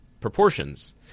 proportions